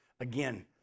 Again